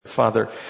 father